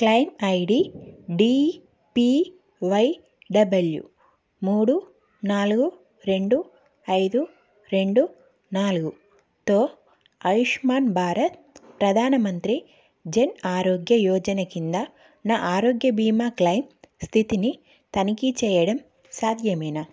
claim I D D P Y W మూడు నాలుగు రెండు ఐదు రెండు నాలుగుతో ఆయుష్మాన్ భారత్ ప్రధాన మంత్రి జన్ ఆరోగ్య యోజన కింద నా ఆరోగ్య బీమా క్లయిమ్ స్థితిని తనిఖీ చేయడం సాధ్యమేనా